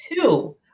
two